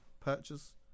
purchase